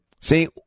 See